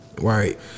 right